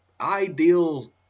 ideal